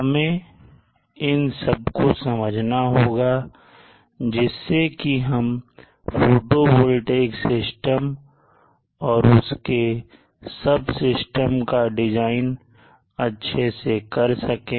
हमें इन सब को समझना होगा जिससे कि हम फोटोवॉल्टिक सिस्टम और उसके सब सिस्टम का डिज़ाइन अच्छे से कर सकें